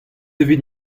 evit